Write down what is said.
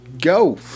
go